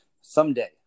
someday